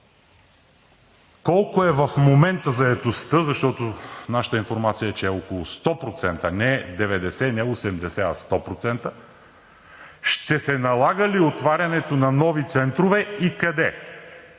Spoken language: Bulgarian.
Колко е в момента заетостта? Защото нашата информация е, че е около 100%, не 90%, не 80%, а 100%. Ще се налага ли отварянето на нови центрове и къде?